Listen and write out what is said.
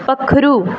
पक्खरू